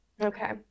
Okay